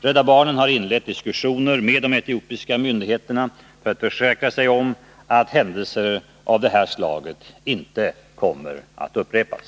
Rädda barnen har inlett diskussioner med de etiopiska myndigheterna för att försäkra sig om att händelser av det här slaget i framtiden inte kommer att upprepas.